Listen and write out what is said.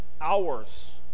hours